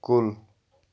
کُل